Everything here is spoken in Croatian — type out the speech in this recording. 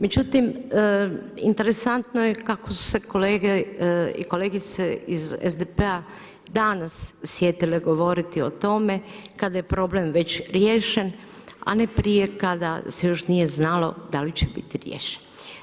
Međutim interesantno je kako su se kolege i kolegice iz SDP-a danas sjetile govoriti o tome kada je problem već riješen, a ne prije kada se još nije znalo da li će biti riješen.